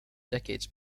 decades